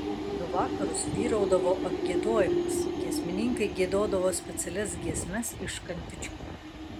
du vakarus vyraudavo apgiedojimas giesmininkai giedodavo specialias giesmes iš kantičkų